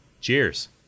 Cheers